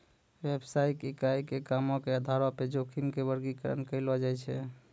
व्यवसायिक इकाई के कामो के आधार पे जोखिम के वर्गीकरण करलो जाय छै